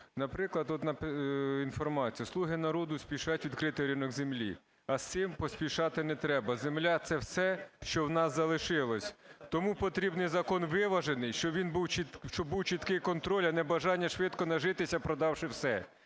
Наприклад, от інформація: "Слуги народу" спішать відкрити ринок землі, а з цим поспішати не треба. Земля – це все, що в нас залишилось. Тому потрібний закон виважений, щоб був чіткий контроль, а не бажання швидко нажитися, продавши все.